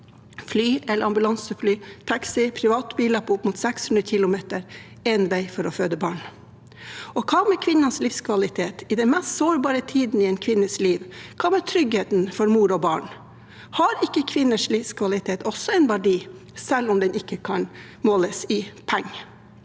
fly eller ambulansefly, taxi eller privatbiler opp mot 600 km én vei for å føde barn? Hva med kvinnenes livskvalitet i den mest sårbare tiden i en kvinnes liv? Hva med tryggheten for mor og barn? Har ikke kvinners livskvalitet også en verdi, selv om den ikke kan måles i penger?